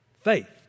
faith